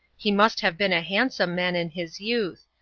he must have been a handsome man in his youth,